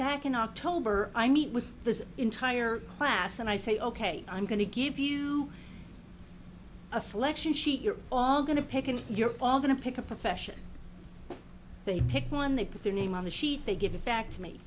back in october i meet with the entire class and i say ok i'm going to give you a selection sheet you're all going to pick and you're all going to pick a profession they pick one they put their name on the sheet they give it back to me